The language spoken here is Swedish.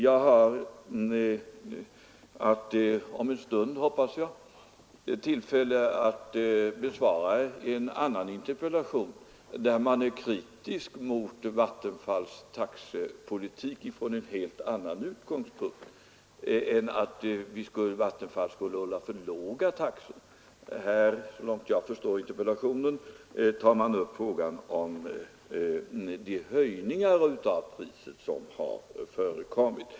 Jag har, om en stund hoppas jag, tillfälle att besvara en annan interpellation, i vilken interpellanten är kritisk mot Vattenfalls taxepolitik från en helt annan utgångspunkt än att Vattenfall skulle hålla för låga taxor. Så långt jag förstår interpellationen tas i den upp de höjningar av priset som har förekommit.